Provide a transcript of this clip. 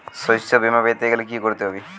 শষ্যবীমা পেতে গেলে কি করতে হবে?